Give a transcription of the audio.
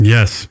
Yes